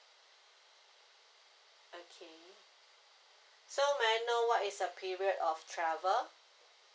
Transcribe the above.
okay so may I know what is the period of travel